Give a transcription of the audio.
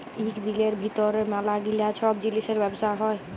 ইক দিলের ভিতর ম্যালা গিলা ছব জিলিসের ব্যবসা হ্যয়